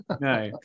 No